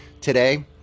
today